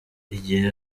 igihe